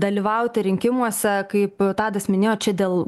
dalyvauti rinkimuose kaip tadas minėjo čia dėl